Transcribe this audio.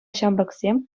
ҫамрӑксем